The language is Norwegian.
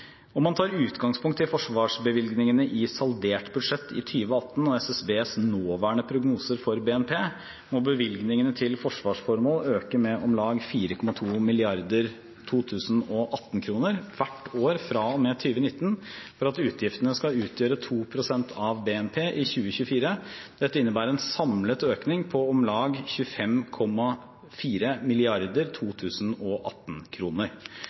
man tar utgangspunkt i forsvarsbevilgningene i saldert nasjonalbudsjett for 2018 og SSBs nåværende prognoser for BNP, må bevilgningene til forsvarsformål øke med om lag 4,2 mrd. 2018-kroner hvert år fra og med 2019 for at utgiftene skal utgjøre 2 pst. av BNP i 2024. Dette innebærer en samlet økning på om lag 25,4